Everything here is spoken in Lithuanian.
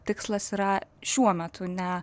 tikslas yra šiuo metu ne